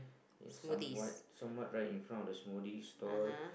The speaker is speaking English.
okay somewhat somewhat right in front of the smoothie door